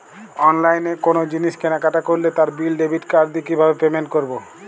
অনলাইনে কোনো জিনিস কেনাকাটা করলে তার বিল ডেবিট কার্ড দিয়ে কিভাবে পেমেন্ট করবো?